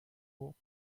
hoch